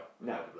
No